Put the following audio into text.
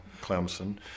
Clemson